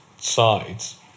sides